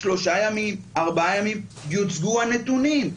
שלושה ימים, ארבעה ימים, יוצגו הנתונים.